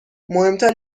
مهمتر